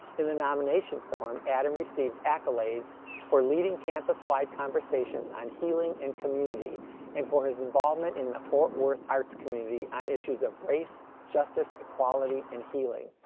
in the nomination form, adam received accolades for leading campus wide conversations on and healing and community and for his involvement in the fort worth arts community on issues of race, justice, equality and healing.